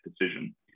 decision